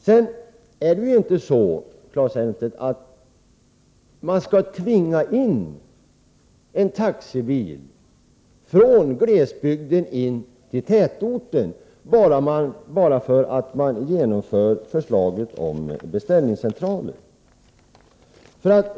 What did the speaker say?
Dessutom, Claes Elmstedt, innebär ett genomförande av förslaget om beställningscentraler inte att taxibilar i glesbygder skall tvingas in i tätorten.